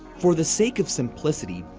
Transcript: for the sake of simplicity,